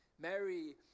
Mary